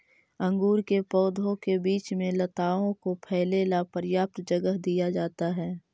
अंगूर के पौधों के बीच में लताओं को फैले ला पर्याप्त जगह दिया जाता है